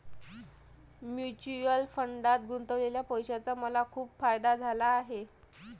mutual फंडात गुंतवलेल्या पैशाचा मला खूप फायदा झाला आहे